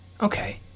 Okay